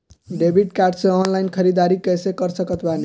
Debit card से online ख़रीदारी कैसे कर सकत बानी?